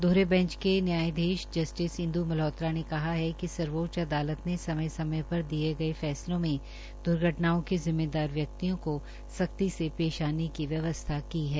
दोहरे बैंच के न्यायाधीश जस्टिस इंद् मल्होत्रो ने कहा है कि सर्वोच्च अदालत ने समय समय पर दिए गए फैसलों में दुर्घटनाओं के जिम्मेदार व्यक्तियों को सख्ती से पेश आने की व्यवस्था की है